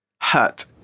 Hurt